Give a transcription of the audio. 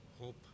Hope